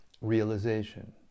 realization